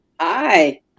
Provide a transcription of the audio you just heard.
Hi